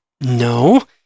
no